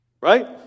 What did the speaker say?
Right